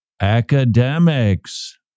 academics